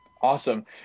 Awesome